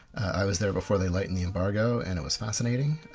i was there before they lightened the embargo and it was fascinating,